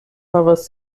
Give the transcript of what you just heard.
havas